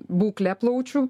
būklę plaučių